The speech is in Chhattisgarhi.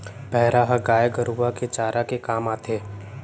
पैरा ह गाय गरूवा के चारा के काम आथे